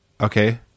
Okay